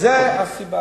זאת הסיבה.